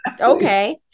okay